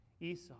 Esau